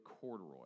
Corduroy